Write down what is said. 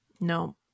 No